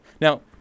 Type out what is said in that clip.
now